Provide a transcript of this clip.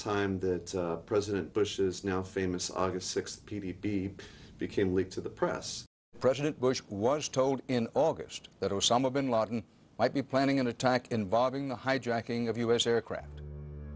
time that president bush is now famous august sixth p t b became leaked to the press president bush was told in august that osama bin laden might be planning an attack involving the hijacking of u s aircraft